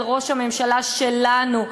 על ראש הממשלה שלנו.